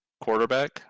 quarterback